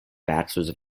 bachelors